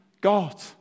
God